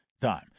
time